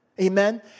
Amen